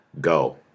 go